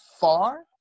FAR